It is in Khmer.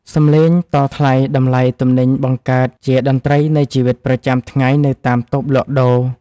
សំឡេងតថ្លៃតម្លៃទំនិញបង្កើតជាតន្ត្រីនៃជីវិតប្រចាំថ្ងៃនៅតាមតូបលក់ដូរ។